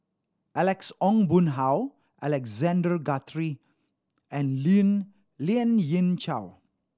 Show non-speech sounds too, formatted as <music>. Alex Ong Boon Hau Alexander Guthrie and <unintelligible> Lien Ying Chow